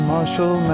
Marshall